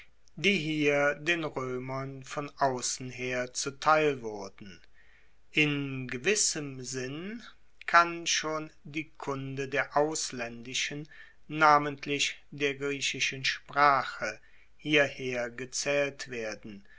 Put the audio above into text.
die hier den roemern von aussen her zuteil wurden in gewissem sinn kann schon die kunde der auslaendischen namentlich der griechischen sprache hierher gezaehlt werden